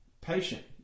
Patient